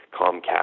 Comcast